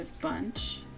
bunch